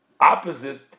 opposite